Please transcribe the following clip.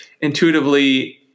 intuitively